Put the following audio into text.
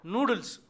Noodles